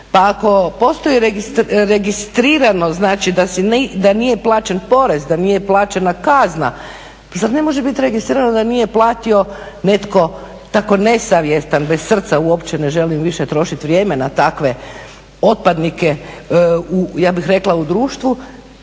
Pa ako postoji registrirano znači da nije plaćen porez, da nije plaćena kazna pa zar ne može biti registrirano da nije platio netko tako nesavjestan bez srca uopće ne želim više trošiti vrijeme na takve otpadnike ja bih rekla u društvu